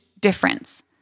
difference